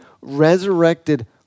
resurrected